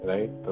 Right